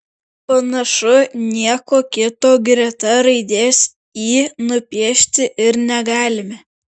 panašu nieko kito greta raidės y nupiešti ir negalime